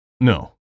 No